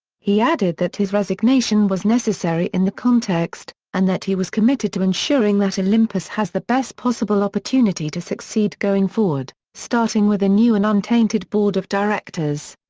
he added that his resignation was necessary in the context, and that he was committed to ensuring that olympus has the best possible opportunity to succeed going forward, starting with a new and untainted board of directors.